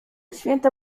święta